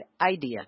idea